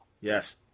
Yes